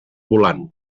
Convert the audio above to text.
volant